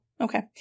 Okay